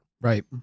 Right